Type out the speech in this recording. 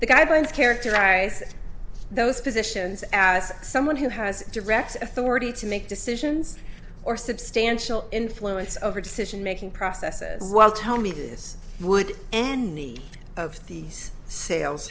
the guidelines characterize those positions as someone who has direct authority to make decisions or substantial influence over decision making processes while tell me this would end of these sales